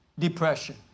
Depression